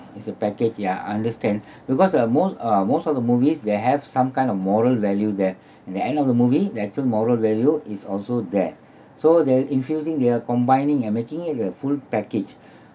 it's a package ya understand because uh most uh most of the movies they have some kind of moral value there in the end of the movie there's a moral value is also there so they're infusing they're combining and making it a full package